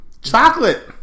Chocolate